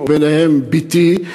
ובהם בתי,